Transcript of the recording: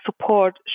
support